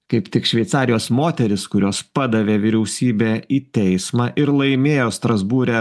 kaip tik šveicarijos moteris kurios padavė vyriausybę į teismą ir laimėjo strasbūre